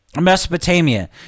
Mesopotamia